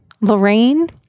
Lorraine